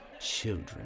children